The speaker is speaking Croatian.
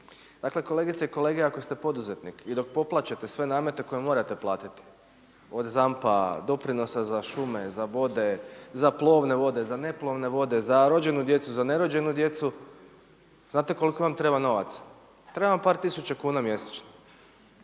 Dakle kolegice i kolege, ako ste poduzetnik i dok poplaćate sve namete koje morate platiti, od ZAMP-d, doprinosa za šume, za vode, za plovne vode, za neplovne vode, za rođenu djecu, za nerođenu djecu, znate koliko vam treba novaca? Treba vam par tisuća kuna mjesečno.